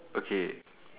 okay